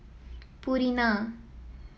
Purina